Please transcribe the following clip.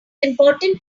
important